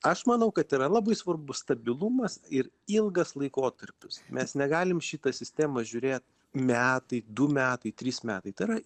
aš manau kad yra labai svarbu stabilumas ir ilgas laikotarpis mes negalim šitą sistemą žiūrėt metai du metai trys metai tai yra